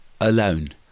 alone